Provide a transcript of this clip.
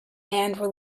and